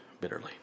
bitterly